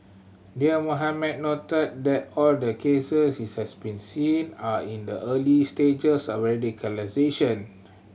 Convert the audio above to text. Dear Mohamed noted that all the case he has been seen are in the early stages of radicalisation